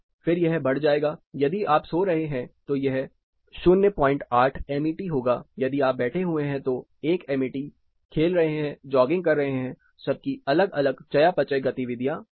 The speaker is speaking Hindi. फिर यह बढ़ जाएगा यदि आप सो रहे हैं तो यह 08 एमईटी होगा यदि आप बैठे हुए हैं तो 1 एमईटी खेल रहे हैं जॉगिंग कर रहे हैं सबकी अलग अलग चयापचय गतिविधियां है